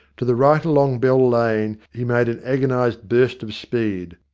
to the right along bell lane he made an agonised burst of speed,